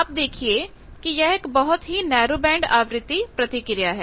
आप देखिए कि यह एक बहुत ही नैरोबैंड आवृत्ति प्रतिक्रिया प्रतिक्रिया है